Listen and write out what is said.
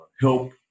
help